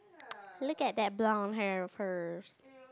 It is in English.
look at the blonde hair of hers